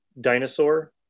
dinosaur